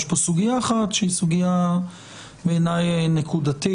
יש פה סוגיה אחת שהיא סוגיה בעיני נקודתית.